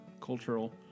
cultural